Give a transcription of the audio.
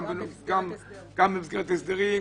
גם במסגרת הסדרים,